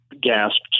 gasped